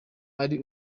ari